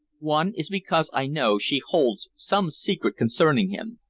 one is because i know she holds some secret concerning him,